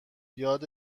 یاد